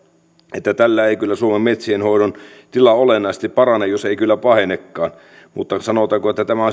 että tällä ei kyllä suomen metsienhoidon tila olennaisesti parane jos ei kyllä pahenekaan mutta sanotaanko että tämä on